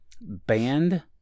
Band